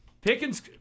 Pickens